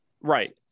Right